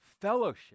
fellowship